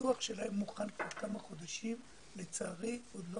הדוח שלהם מוכן כבר כמה חודשים אבל לצערי הוא עוד לא